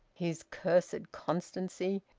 his cursed constancy.